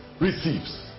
receives